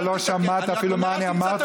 אתה לא שמעת אפילו מה אני אמרתי.